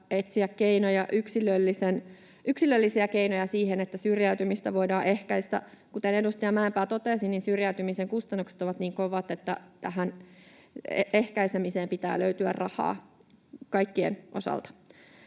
etsiä yksilöllisiä keinoja siihen, että syrjäytymistä voidaan ehkäistä. Kuten edustaja Mäenpää totesi, syrjäytymisen kustannukset ovat niin kovat, että tähän ehkäisemiseen pitää löytyä rahaa kaikkien osalta.